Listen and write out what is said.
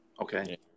Okay